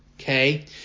Okay